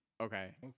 Okay